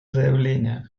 заявления